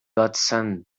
godson